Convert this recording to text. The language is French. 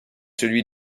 celui